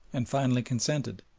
and finally consented,